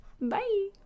Bye